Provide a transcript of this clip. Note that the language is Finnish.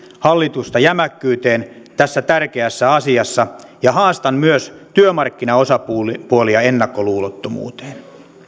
hallitusta jämäkkyyteen tässä tärkeässä asiassa ja haastan myös työmarkkinaosapuolia ennakkoluulottomuuteen